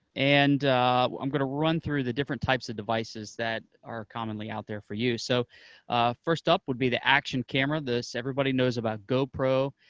and i'm going to run through the different types of devices that are commonly out there for you. so ah first up would be the action camera. everybody knows about gopro,